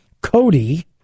Cody